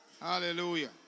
Hallelujah